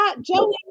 Joey